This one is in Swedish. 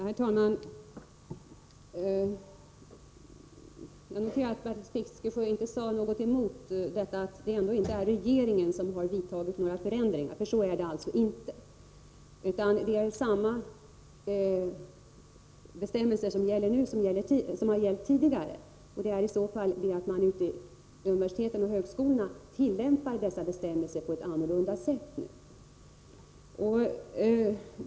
Herr talman! Jag noterade att Bertil Fiskesjö inte gjorde någon invändning mot mitt påpekande, att det inte är regeringen som har vidtagit några förändringar. Så är det alltså inte, utan de bestämmelser som gäller nu är desamma som har gällt tidigare. Men på universiteten och högskolorna tillämpar man f.n. bestämmelserna på ett annorlunda sätt.